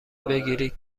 بگیرید